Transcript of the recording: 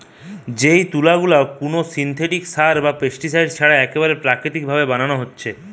যেই তুলা গুলা কুনো সিনথেটিক সার বা পেস্টিসাইড ছাড়া একেবারে প্রাকৃতিক ভাবে বানানা হচ্ছে